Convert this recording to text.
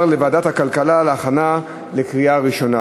שיעור ריבית פיגורים) אושרה ותועבר לוועדת הכלכלה להכנה לקריאה ראשונה.